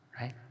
right